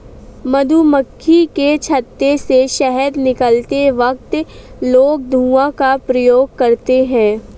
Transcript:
मधुमक्खी के छत्ते से शहद निकलते वक्त लोग धुआं का प्रयोग करते हैं